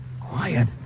Quiet